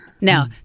Now